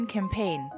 Campaign